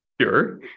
Sure